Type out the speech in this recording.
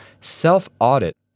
self-audit